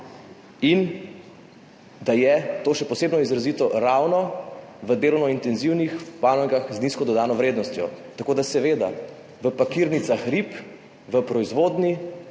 in da je to še posebej izrazito ravno v delovno intenzivnih panogah z nizko dodano vrednostjo. Seveda, v pakirnicah rib, v proizvodnji